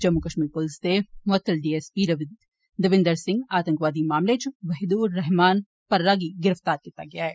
जम्मू कश्मीर पुलस दे मुअतिल डीएसपी दविंदर सिंह आतंकवादी मामले च वहीद उर रहमान परा गी गिरफ्तार कीता गेआ ऐ